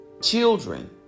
Children